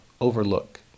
overlook